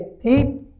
heat